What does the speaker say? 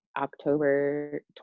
October